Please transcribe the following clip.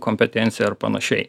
kompetenciją ar panašiai